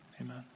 amen